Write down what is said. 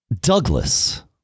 Douglas